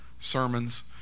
sermons